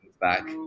back